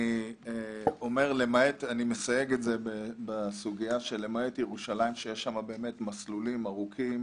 אני מסייג את זה בכך שלמעט ירושלים שיש שם באמת מסלולים ארוכים